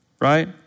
right